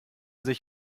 sich